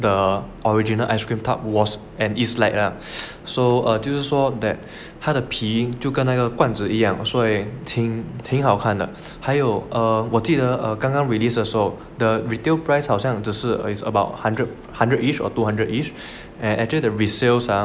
the original ice cream tub was and is like ah so err 就是说 that 他的皮就是跟那个罐子一样所以挺好看的还有 err 我记得 err 刚刚 release 的时候 the retail price 好像就是 is about hundred each or two hundred each and actually the resales ah